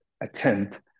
attend